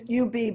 UB